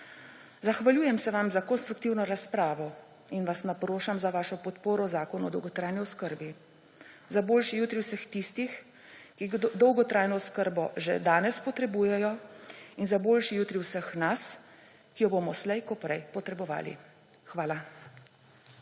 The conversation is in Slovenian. Zahvaljujem se vam za konstruktivno razpravo in vas naprošam za vašo podporo Zakonu o dolgotrajni oskrbi. Za boljši jutri vseh tistih, ki dolgotrajno oskrbo že danes potrebujejo in za boljši jutri vseh nas, ki jo bomo slej kot prej potrebovali. Hvala.